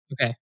Okay